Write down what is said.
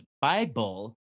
Bible